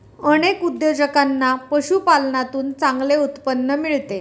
अनेक उद्योजकांना पशुपालनातून चांगले उत्पन्न मिळते